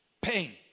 pain